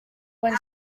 when